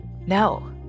no